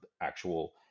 actual